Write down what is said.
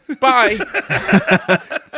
Bye